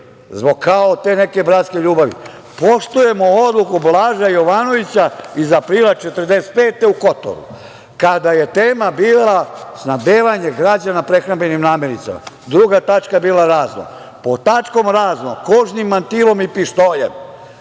zbog kao te neke bratske ljubavi, poštujemo odluku Blaža Jovanovića iz aprila 1945. godine u Kotoru, kada je tema bila snabdevanje građana prehrambenim namirnicama. Druga tačka je bila Razno. Pod tačkom Razno, kožnim mantilom i pištoljem